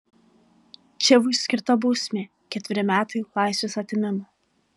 čivui skirta bausmė ketveri metai laisvės atėmimo